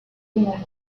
language